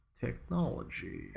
Technology